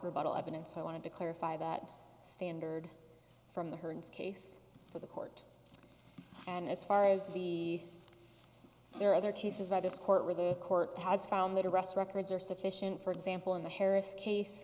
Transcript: rebuttal evidence so i wanted to clarify that standard from the hearns case for the court and as far as the there are other cases by this court where the court has found that arrest records are sufficient for example in the harris case